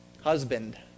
Husband